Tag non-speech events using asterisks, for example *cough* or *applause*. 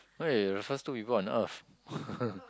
okay the first two people on Earth *laughs*